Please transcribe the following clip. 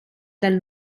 dal